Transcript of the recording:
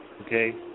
Okay